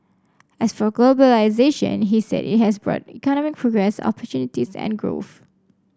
as for globalisation he said it has brought economic progress opportunities and growth